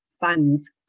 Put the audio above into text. funds